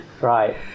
Right